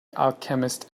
alchemist